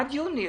עד יוני.